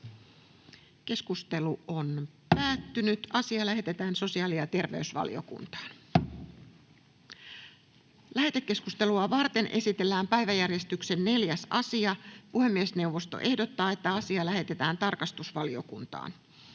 kokonaisuudessaan ryhdytään arvioimaan. Lähetekeskustelua varten esitellään päiväjärjestyksen 4. asia. Puhemiesneuvosto ehdottaa, että asia lähetetään tarkastusvaliokuntaan.